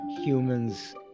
humans